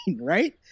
right